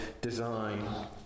design